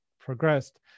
progressed